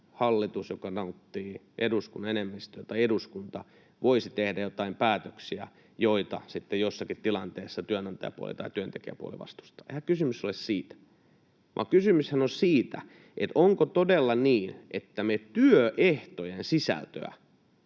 hallitus, joka nauttii eduskunnan enemmistön luottamusta, tai eduskunta voisi tehdä jotain päätöksiä, joita sitten jossakin tilanteessa työnantajapuoli tai työntekijäpuoli vastustaa. Eihän kysymys ole siitä, vaan kysymyshän on siitä, onko todella niin, että me työehtojen sisältöä